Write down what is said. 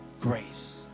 grace